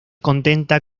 contenta